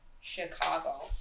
chicago